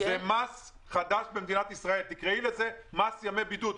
זה מס חדש במדינת ישראל, תקראי לו מס ימי בידוד.